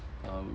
um